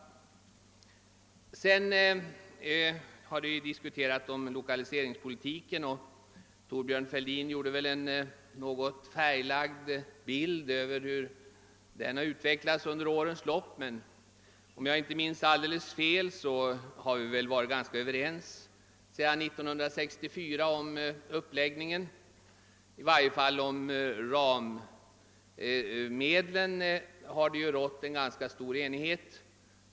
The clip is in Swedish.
I fråga om lokaliseringspolitikens utveckling under årens lopp målade Thorbjörn Fälldin upp en bild som väl var alltför färgad. Om jag inte minns alldeles fel har vi sedan 1964 varit ganska överens om uppläggningen; i varje fall om ramarna har det rått ganska stor enighet.